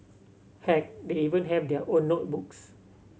heck they even have their own notebooks